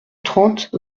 trente